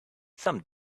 some